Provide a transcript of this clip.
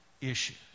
issues